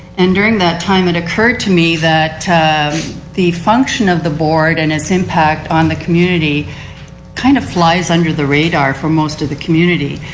and during that time it occurred to me that the function of the board and its impact on the community kind of flies under the radar for most of the community.